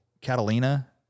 Catalina